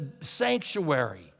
sanctuary